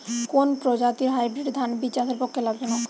কোন প্রজাতীর হাইব্রিড ধান বীজ চাষের পক্ষে লাভজনক?